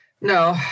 No